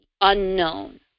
Unknown